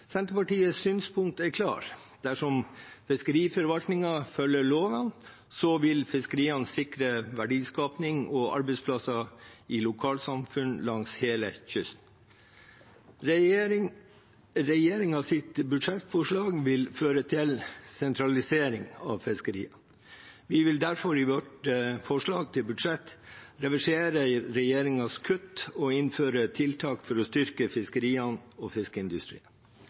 Senterpartiets synspunkt er klart: Dersom fiskeriforvaltningen følger loven, vil fiskeriene sikre verdiskaping og arbeidsplasser i lokalsamfunn langs hele kysten. Regjeringens budsjettforslag vil føre til sentralisering av fiskeriene. Vi vil derfor i vårt forslag til budsjett reversere regjeringens kutt og innføre tiltak for å styrke fiskeriene og fiskeindustrien.